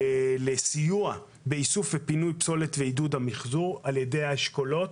לסיוע באיסוף ופינוי פסולת ועידוד המחזור על ידי האשכולות.